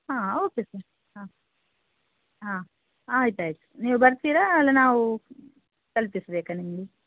ಹಾಂ okay sir ಹಾಂ ಹಾಂ ಆಯ್ತು ಆಯ್ತು ನೀವು ಬರ್ತೀರಾ ಅಲ್ಲ ನಾವು ತಲುಪಿಸ್ಬೇಕ ನಿಮಗೆ